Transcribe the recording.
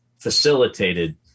facilitated